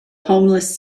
homeless